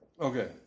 Okay